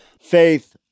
Faith